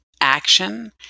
action